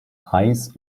reis